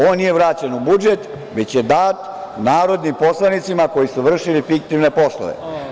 On nije vraćen u budžet, već je dat narodnim poslanicima koji su vršili fiktivne poslove.